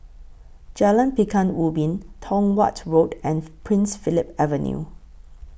Jalan Pekan Ubin Tong Watt Road and Prince Philip Avenue